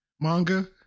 Manga